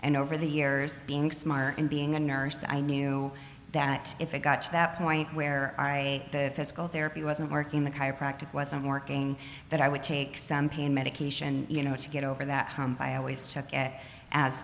and over the years being smart and being a nurse i knew that if it got to that point where i say the physical therapy wasn't working the chiropractic wasn't working that i would take some pain medication you know to get over that hump i always